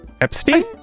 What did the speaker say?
Epstein